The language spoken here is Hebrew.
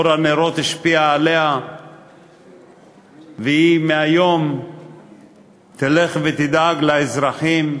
אור הנרות השפיע עליה והיא מהיום תלך ותדאג לאזרחים,